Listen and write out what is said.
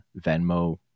Venmo